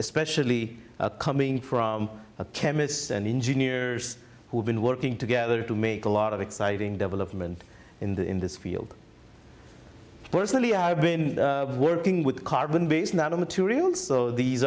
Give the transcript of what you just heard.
especially coming from a chemists and engineers who have been working together to make a lot of exciting development in the in this field personally i've been working with carbon based nanomaterials so these